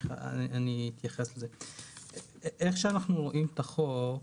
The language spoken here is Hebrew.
כפי שאנחנו רואים את החוק,